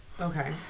Okay